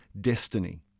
destiny